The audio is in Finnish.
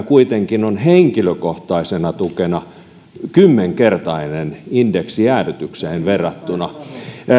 kuitenkin ovat henkilökohtaisena tukena kymmenkertaiset indeksijäädytykseen verrattuna